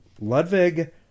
ludwig